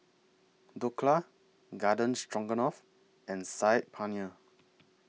Dhokla Garden Stroganoff and Saag Paneer